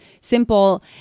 simple